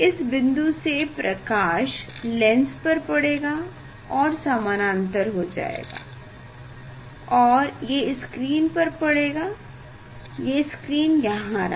इस बिन्दु से प्रकाश लेंस पर पड़ेगा और समानांतर हो जाएगा और ये स्क्रीन पर पड़ेगा ये स्क्रीन यहाँ रहा